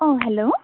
অ hello